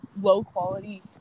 low-quality